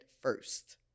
first